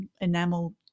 enamel